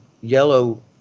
yellow